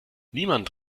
niemand